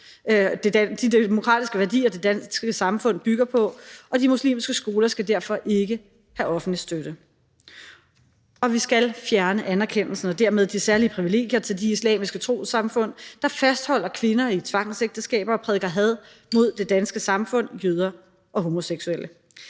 de demokratiske værdier, som det danske samfund bygger på, og de muslimske skoler skal derfor ikke have offentlig støtte. Og vi skal fjerne anerkendelsen og dermed de særlige privilegier til de islamiske trossamfund, der fastholder kvinder i tvangsægteskaber og prædiker had mod det danske samfund, jøder og homoseksuelle.